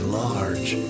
large